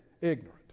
ignorant